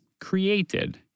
created